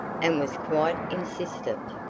and was quite insistent.